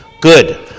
good